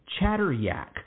ChatterYak